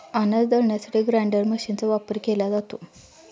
अनाज दळण्यासाठी ग्राइंडर मशीनचा वापर केला जातो